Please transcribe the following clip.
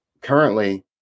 currently